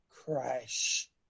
Crash